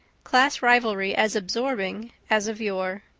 class rivalry as absorbing, as of yore.